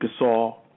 Gasol